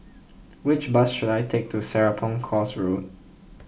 which bus should I take to Serapong Course Road